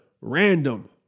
random